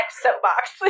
soapbox